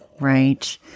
right